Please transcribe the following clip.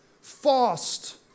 fast